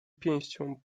pięścią